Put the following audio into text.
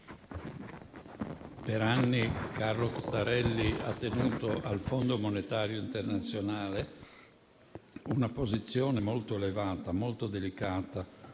Per anni Carlo Cottarelli ha tenuto al Fondo monetario internazionale una posizione molto elevata e molto delicata,